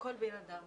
כל בן אדם